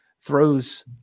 throws